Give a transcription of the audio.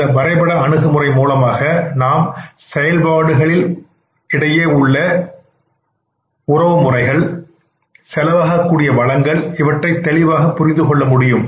இந்த வரைபட அணுகுமுறை மூலமாக நாம் செயல்பாடுகளில் உடைய நிலையில் ஒன்றுக்கு ஒன்று இடையே உள்ள உறவு முறைகள் செலவாகக் கூடிய வளங்கள் இவற்றை தெளிவாக புரிந்துகொள்ள முடியும்